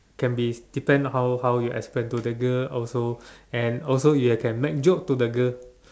can be depend how how you explain to the girl also and also you can make joke to the girl